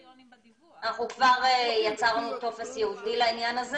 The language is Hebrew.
אנחנו כבר יצרנו טופס ייעודי לעניין הזה